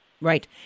Right